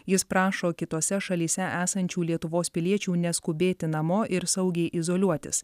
jis prašo kitose šalyse esančių lietuvos piliečių neskubėti namo ir saugiai izoliuotis